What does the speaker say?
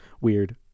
weird